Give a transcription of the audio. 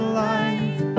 life